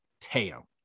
Teo